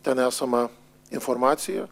ten esamą informaciją